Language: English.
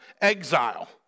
exile